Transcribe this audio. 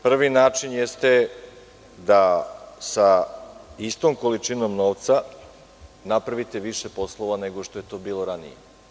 Prvi način je da sa istom količinom novca napravite više poslova nego što je to bilo ranije.